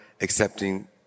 accepting